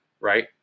right